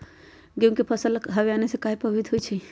गेंहू के फसल हव आने से काहे पभवित होई छई?